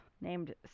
named